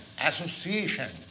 association